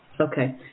Okay